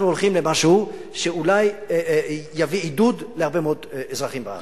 הולכים למשהו שאולי יביא עידוד להרבה מאוד אזרחים בארץ.